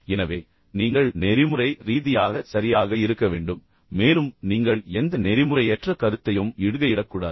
எனவே நீங்கள் நெறிமுறை ரீதியாக சரியாக இருக்க வேண்டும் மேலும் நீங்கள் எந்த நெறிமுறையற்ற கருத்தையும் இடுகையிடக்கூடாது